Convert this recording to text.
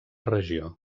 regió